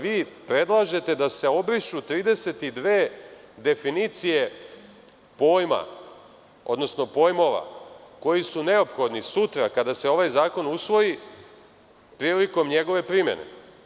Vi predlažete da se obrišu 32 definicije pojma, odnosno pojmova koji su neophodni sutra, kada se ovaj zakon usvoji, prilikom njegove primene.